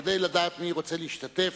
כדי לדעת מי רוצה להשתתף,